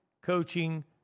coaching